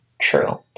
true